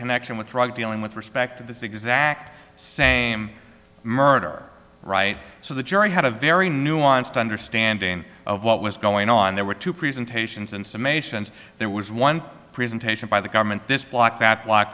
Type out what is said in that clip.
connection with drug dealing with respect to this exact same murder right so the jury had a very nuanced understanding of what was going on there were two presentations and summations there was one presentation by the government this block that